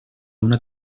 una